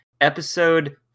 episode